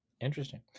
Interesting